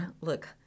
look